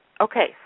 Okay